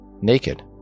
naked